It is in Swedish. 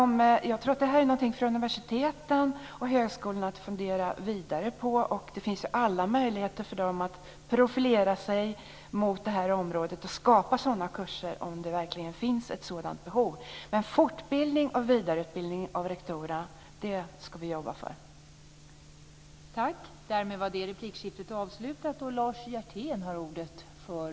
Men jag tror att det är någonting för universitet och högskolor att fundera vidare på. Det finns alla möjligheter för dem att profilera sig mot det här området och skapa sådana kurser om det verkligen finns ett sådant behov. Men fortbildning och vidareutbildning av rektorerna ska vi jobba för.